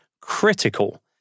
critical